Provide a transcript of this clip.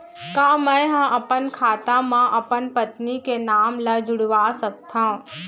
का मैं ह अपन खाता म अपन पत्नी के नाम ला जुड़वा सकथव?